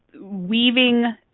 weaving